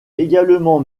également